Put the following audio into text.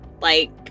Like-